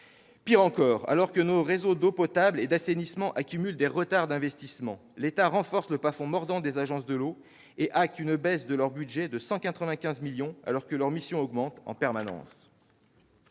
Pire encore, alors que nos réseaux d'eau potable et d'assainissement accumulent les retards d'investissements, l'État renforce le plafond mordant des agences de l'eau et acte une baisse de leur budget de 195 millions d'euros, alors que leurs missions augmentent en permanence.